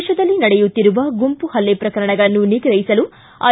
ದೇಶದಲ್ಲಿ ನಡೆಯುತ್ತಿರುವ ಗುಂಪು ಪಲ್ಲೆ ಪ್ರಕರಣಗಳನ್ನು ನಿಗೆಹಿಸಲು ಐ